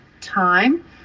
time